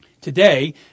Today